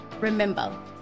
Remember